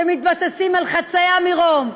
שמתבססים על חצאי אמירות,